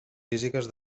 físiques